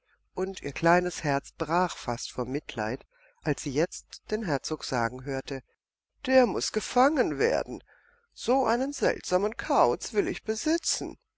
und ihr kleines herz brach fast vor mitleid als sie jetzt den herzog sagen hörte der muß gefangen werden so einen seltsamen kauz will ich besitzen